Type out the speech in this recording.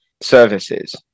services